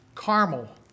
Caramel